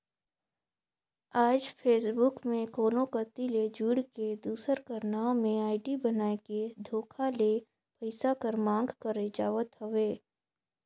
आएज फेसबुक में कोनो कती ले जुइड़ के, दूसर कर नांव में आईडी बनाए के धोखा ले पइसा कर मांग करई जावत हवे